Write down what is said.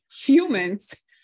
humans